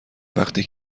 وقتی